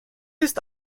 ist